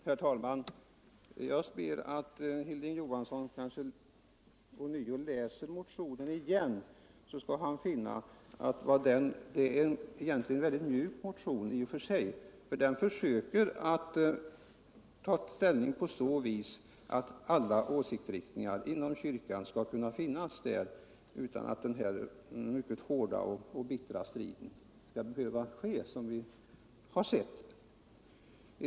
Herr talman! Om Hilding Johansson läser motionen på nytt, skall han finna att den egentligen är mycket mjuk. Den går ut på att båda åsiktsriktningarna skall kunna finnas inom kyrkan, och att den här hårda och bittra striden inte skall behöva fortsätta.